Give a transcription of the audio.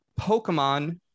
Pokemon